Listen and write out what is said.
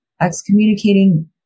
excommunicating